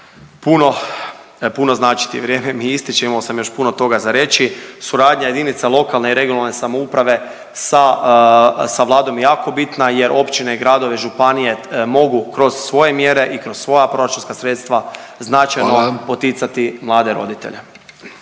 puno značiti. Vrijeme mi ističe, imao sam još puno toga za reći. Suradnja jedinica lokalne i regionalne samouprave sa, sa vladom je jako bitna jer općine, gradove i županije mogu kroz svoje mjere i kroz svoja proračunska sredstva značajno …/Upadica: Hvala./… poticati mlade roditelje.